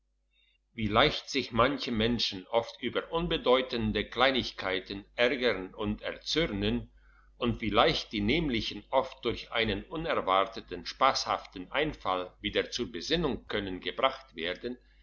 wie leicht sich manche menschen oft über unbedeutende kleinigkeiten ärgern und erzürnen und wie leicht die nämlichen oft durch einen unerwarteten spasshaften einfall wieder zur besinnung können gebracht werden